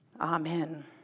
Amen